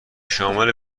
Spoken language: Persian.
شامل